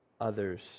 others